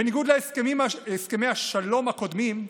בניגוד להסכמי השלום הקודמים,